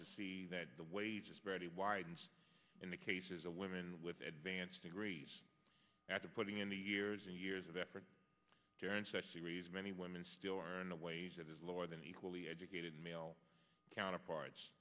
to see that the wages bready widened in the cases of women with advanced degrees at the putting in the years and years of effort during the reason many women still earn a wage that is lower than equally educated male counterparts